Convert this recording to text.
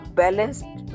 balanced